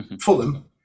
Fulham